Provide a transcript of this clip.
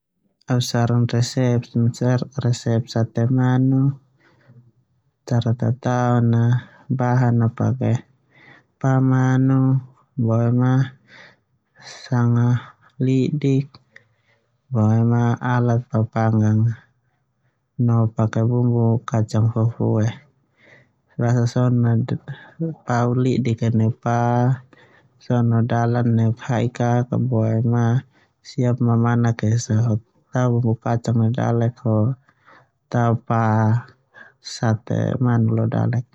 Au saran resep a sate manu. Cara tataon a bahan pake pa manu boema sanga lidik boema alat papangang no bumbu fufue basa son pau lidik neu pa so na dala neu hai kaak boema siap mamanak esa ho tao bumbu fague neu dalek ho tao pa sate manu lo dalek.